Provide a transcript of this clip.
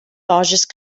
largest